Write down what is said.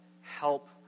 help